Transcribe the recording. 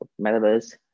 Metaverse